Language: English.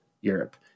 Europe